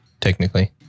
technically